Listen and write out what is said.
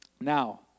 Now